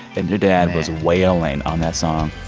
and your dad was wailing on that song